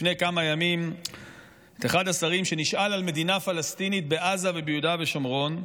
לפני כמה ימים שאחד השרים נשאל על מדינה פלסטינית בעזה וביהודה ושומרון,